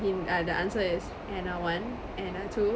hin~ uh the answer is anna one anna two